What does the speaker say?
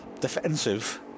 defensive